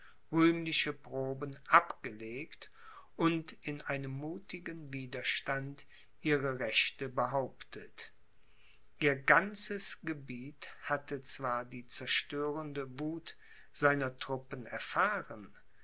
proben abgelegt und in einem muthigen widerstand ihre rechte behauptet ihr ganzes gebiet hatte zwar die zerstörende wuth seiner truppen erfahren